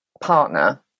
partner